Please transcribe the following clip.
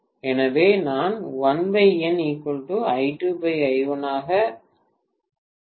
எனவே நான் 1NI2I1 ஆக இருக்கப்போகிறேன்